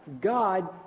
God